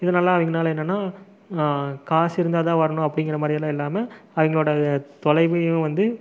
இதனால் அவங்கனால என்னன்னா நான் காசு இருந்தால்தான் வரணும் அப்படிங்கிறா மாதிரியெல்லாம் இல்லாமல் அவங்களோட தொலைவையும் வந்து